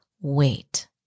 wait